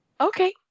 Okay